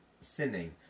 sinning